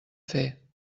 fer